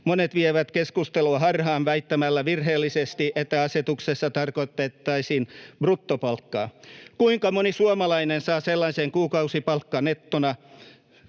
Monet vievät keskustelua harhaan väittämällä virheellisesti, että asetuksessa tarkoitettaisiin bruttopalkkaa. Kuinka moni suomalainen saa sellaista kuukausipalkkaa nettona,